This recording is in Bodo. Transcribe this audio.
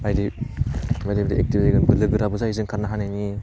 बायदि बायदि बायदि एकटिभिटि बोलोगोराबो जायो जों खारनो हानायनि